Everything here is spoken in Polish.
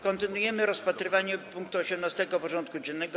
Kontynuujemy rozpatrywanie punktu 18. porządku dziennego: